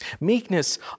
Meekness